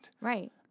Right